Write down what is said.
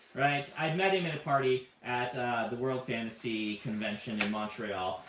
i'd met him at a party at the world fantasy convention in montreal.